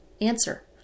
Answer